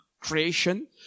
creation